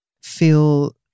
feel